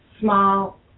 small